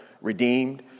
redeemed